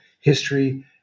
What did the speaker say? history